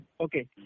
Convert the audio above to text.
Okay